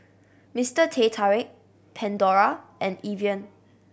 Mister Teh Tarik Pandora and Evian